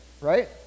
right